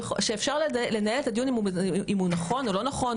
שאפשר לנהל את הדיון אם הוא נכון או לא נכון,